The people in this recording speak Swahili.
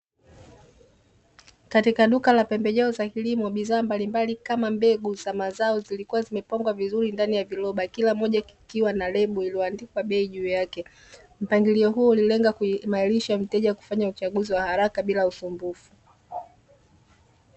Katika duka la pembejeo za kilimo, bidhaa mbalimbali kama mbegu za mazao zilikuwa zimepangwa vizuri ndani ya viroba. Kila mmoja ikiwa na lebo iliyoandikwa bei juu yake. Mpangilio huu ulilenga kumrahisishia mteja kufanya uchaguzi wa haraka bila usumbufu.